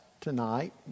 tonight